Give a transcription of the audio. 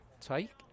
take